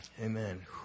Amen